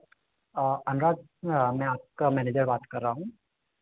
अनुराग मैं आपका मैनेजर बात कर रहा हूँ